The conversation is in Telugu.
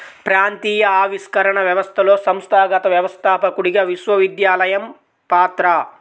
ప్రాంతీయ ఆవిష్కరణ వ్యవస్థలో సంస్థాగత వ్యవస్థాపకుడిగా విశ్వవిద్యాలయం పాత్ర